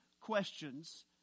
questions